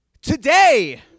Today